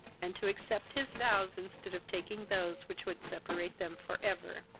and to accept his vows instead of taking those which would separate them for ever.